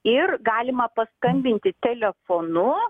ir galima paskambinti telefonu